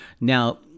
Now